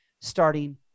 starting